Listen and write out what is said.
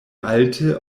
alte